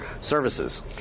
services